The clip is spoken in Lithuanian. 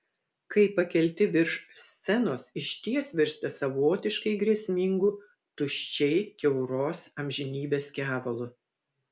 kai pakelti virš scenos išties virsta savotiškai grėsmingu tuščiai kiauros amžinybės kevalu